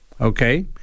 okay